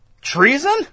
treason